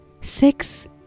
six